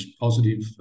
positive